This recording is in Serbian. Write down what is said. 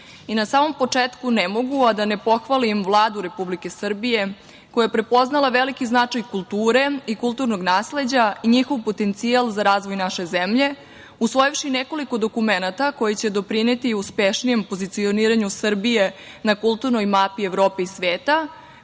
samom početku ne mogu a da ne pohvalim Vladu Republike Srbije koja je prepoznala veliki značaj kulture i kulturnog nasleđa i njihov potencijal za razvoj naše zemlje usvojivši nekoliko dokumenata koji će doprineti uspešnijem pozicioniranju Srbije na kulturnoj mapi Evrope i sveta